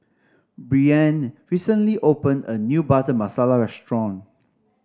Breanne recently opened a new Butter Masala restaurant